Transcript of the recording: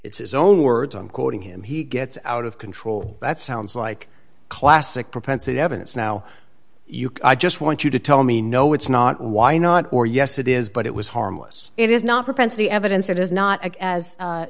it's his own words i'm quoting him he gets out of control that sounds like classic propensity evidence now you can i just want you to tell me no it's not why not or yes it is but it was harmless it is not propensity evidence it is not as